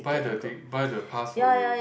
buy the thing buy the pass for you